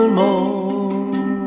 more